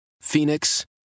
Phoenix